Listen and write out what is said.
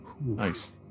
Nice